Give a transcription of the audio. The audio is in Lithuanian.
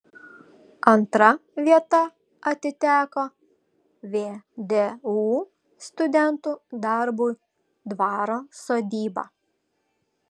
antra vieta atiteko vdu studentų darbui dvaro sodyba